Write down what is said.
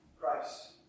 Christ